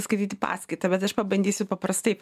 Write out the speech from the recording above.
skaityti paskaitą bet aš pabandysiu paprastai